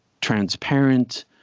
transparent